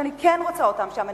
שאני כן רוצה אותם שם,